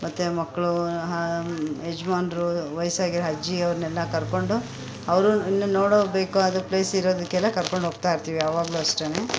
ಮತ್ತೆ ಮಕ್ಕಳು ಹಾ ಯಜಮಾನ್ರು ವಯಸ್ಸಾಗಿರೋ ಅಜ್ಜಿ ಅವ್ರನ್ನೆಲ್ಲ ಕರ್ಕೊಂಡು ಅವರು ಇನ್ನು ನೋಡಬೇಕಾದ ಪ್ಲೇಸ್ ಇರೋದಕ್ಕೆಲ್ಲ ಕರ್ಕೊಂಡೋಗ್ತಾಯಿರ್ತೀವಿ ಯಾವಾಗಲೂ ಅಷ್ಟೇನೇ